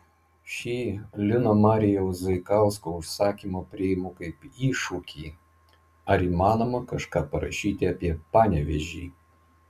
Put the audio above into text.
šį lino marijaus zaikausko užsakymą priimu kaip iššūkį ar įmanoma kažką parašyti apie panevėžį